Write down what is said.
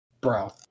Bro